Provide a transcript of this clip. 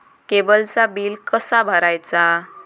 केबलचा बिल कसा भरायचा?